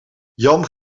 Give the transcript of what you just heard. jan